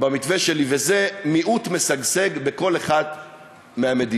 במתווה שלי, וזה מיעוט משגשג בכל אחת מהמדינות.